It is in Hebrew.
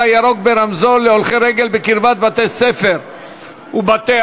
הירוק ברמזור להולכי רגל בקרבת בתי-ספר ובתי-אבות),